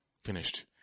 finished